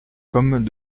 comme